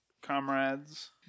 comrades